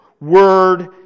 Word